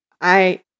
I-